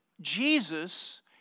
Jesus